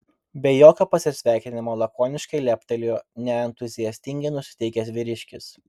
be jokio pasisveikinimo lakoniškai leptelėjo neentuziastingai nusiteikęs vyriškis